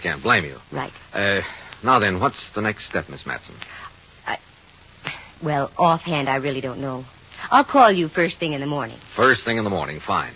can't blame you right now then what's the next step mismatches well off hand i really don't know i'll call you first thing in the morning first thing in the morning f